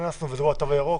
התו הירוק.